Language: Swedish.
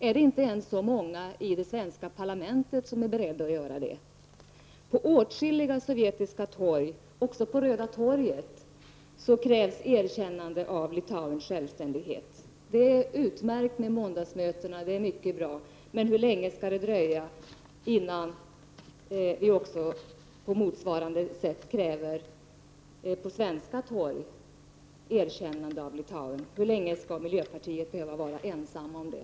Är det inte ens så många i det svenska parlamentet som är beredda att göra det? På åtskilliga sovjetiska torg, även på Röda torget, krävs ett erkännande av Litauens självständighet. Det är utmärkt med måndagsmöten, men hur länge skall miljöpartiet behöva vara ensamt om att på svenska torg kräva att Litauen blir självständigt?